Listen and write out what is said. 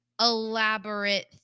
Elaborate